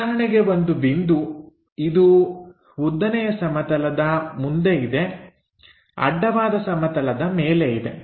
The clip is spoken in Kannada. ಉದಾಹರಣೆಗೆ ಒಂದು ಬಿಂದು ಇದು ಉದ್ದನೆಯ ಸಮತಲದ ಮುಂದೆ ಇದೆ ಅಡ್ಡವಾದ ಸಮತಲದ ಮೇಲೆ ಇದೆ